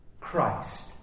Christ